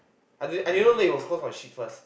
I didn't know I didn't know they were close like shit first